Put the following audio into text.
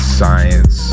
science